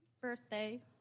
birthday